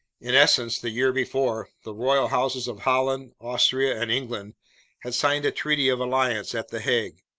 in essence, the year before, the royal houses of holland, austria, and england had signed a treaty of alliance at the hague,